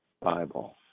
Bible